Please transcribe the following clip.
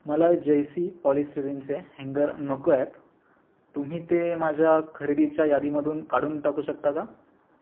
मला जयसी पॉलिस्टेरिनचे हँगर नको आहेत तुम्ही ते माझ्या खरेदीच्या यादीमधून काढून टाकू शकता का